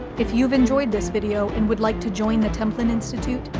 if you've enjoyed this video and would like to join the templin institute,